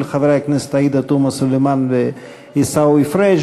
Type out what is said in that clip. של חברי הכנסת עאידה תומא סלימאן ועיסאווי פריג',